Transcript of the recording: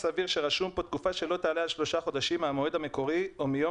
חמש יודע, שבשלושה חודשים הקרובים, מיום